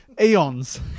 Eons